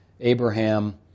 Abraham